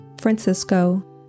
Francisco